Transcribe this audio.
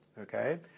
okay